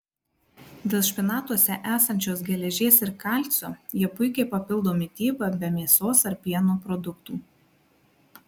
dėl špinatuose esančios geležies ir kalcio jie puikiai papildo mitybą be mėsos ar pieno produktų